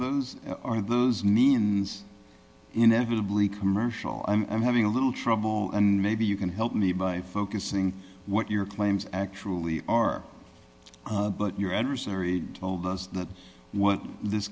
re those means inevitably commercial i'm having a little trouble and maybe you can help me by focusing what your claims actually are but your adversary told us that what this